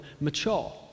mature